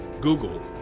Google